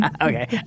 Okay